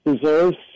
deserves